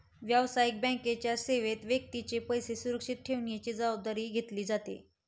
व्यावसायिक बँकेच्या सेवेत व्यक्तीचे पैसे सुरक्षित ठेवण्याची जबाबदारी घेतली जाते